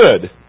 good